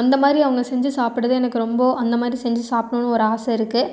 அந்த மாதிரி அவங்க செஞ்சு சாப்பிட்றது எனக்கு ரொம்ப அந்த மாதிரி செஞ்சு சாப்புடணுன்னு ஒரு ஆசை இருக்கு